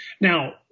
Now